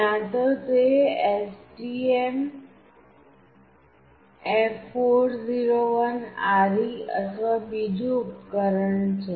ક્યાં તો તે STMF401RE અથવા બીજું ઉપકરણ છે